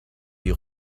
die